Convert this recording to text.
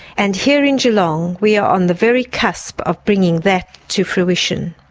and here in geelong we are on the very cusp of bringing that to fruition.